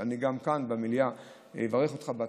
גם כאן במליאה אני אברך אותך בהצלחה.